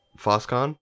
Foscon